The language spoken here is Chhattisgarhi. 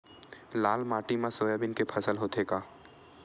लाल माटी मा सोयाबीन के फसल होथे का?